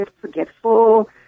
forgetful